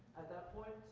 that point,